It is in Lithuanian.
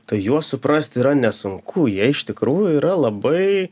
tai juos suprast yra nesunku jie iš tikrųjų yra labai